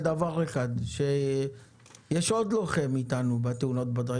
על דבר אחד שיש עוד לוחם אתנו בתאונות בדרכים.